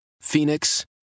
Phoenix